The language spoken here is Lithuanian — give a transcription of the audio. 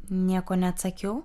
nieko neatsakiau